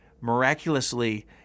miraculously